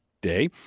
Day